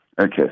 Okay